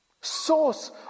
Source